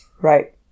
Right